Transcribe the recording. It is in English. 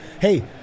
Hey